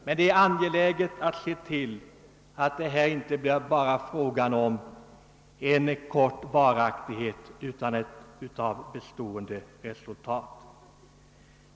Det är dock angeläget att se till att aktionen inte blir kortvarig utan ger ett bestående resultat.